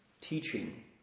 teaching